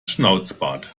schnauzbart